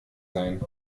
sein